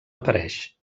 apareix